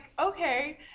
okay